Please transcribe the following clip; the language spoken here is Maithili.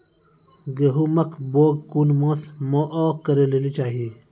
गेहूँमक बौग कून मांस मअ करै लेली चाही?